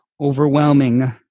overwhelming